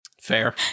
fair